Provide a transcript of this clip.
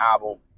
album